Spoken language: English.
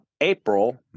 April